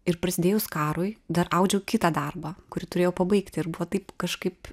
ir prasidėjus karui dar audžiau kitą darbą kurį turėjau pabaigti ir buvo taip kažkaip